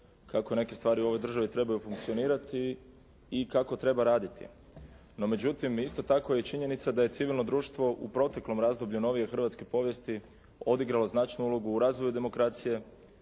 kako neke stvari u ovoj državi trebaju funkcionirati i kako treba raditi. No, međutim, isto tako je činjenica da je civilno društvo u proteklom razdoblju novije hrvatske povijesti odigralo značajnu ulogu u razvoju demokracije,